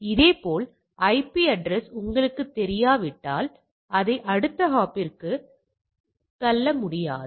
இதேபோல் IP address உங்களுக்குத் தெரியாவிட்டால் அதை அடுத்த ஹாப்பிற்கு தள்ள முடியாது